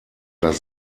das